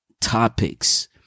topics